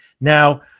Now